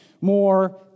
more